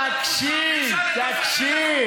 תקשיב.